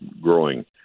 growing